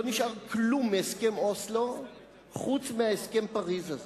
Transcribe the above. לא נשאר כלום מהסכם אוסלו חוץ מהסכם פריס הזה.